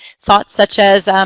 thoughts such as,